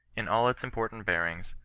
in all its impobtant beabings,